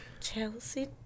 Chelsea